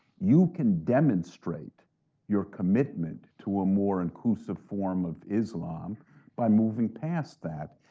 you can demonstrate your commitment to a more inclusive form of islam by moving past that.